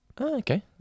Okay